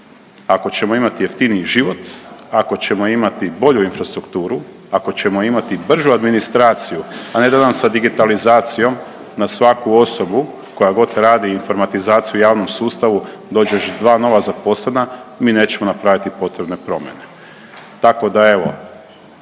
Ako ćemo imati jeftinije život, ako ćemo imati bolju infrastrukturu, ako ćemo imati bržu administraciju, a ne da nam sa digitalizacijom na svaku osobu koja god radi informatizaciju u javnom sustavu dođe dva nova zaposlena, mi nećemo napraviti potrebne promjene. Tako da evo